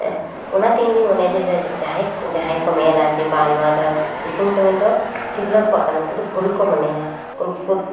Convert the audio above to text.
ᱦᱮᱸ ᱚᱱᱟᱛᱮ ᱤᱧ ᱫᱩᱧ ᱢᱚᱱᱮᱭᱟ ᱡᱟᱦᱟᱭ ᱡᱟᱦᱟᱭ ᱠᱚ ᱢᱮᱱᱟ ᱡᱮ ᱱᱚᱣᱟ ᱫᱚ ᱤᱥᱤᱱ ᱠᱟᱹᱢᱤ ᱫᱚ ᱛᱤᱨᱞᱟᱹ ᱠᱚᱣᱟᱜ ᱠᱟᱱᱟ ᱩᱱᱠᱩ ᱫᱚ ᱵᱷᱩᱠ ᱠᱚ ᱢᱚᱱᱮᱭᱟ ᱩᱱᱠᱩ